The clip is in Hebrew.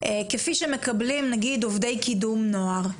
כפי שמקבלים נגיד עובדי קידום נוער.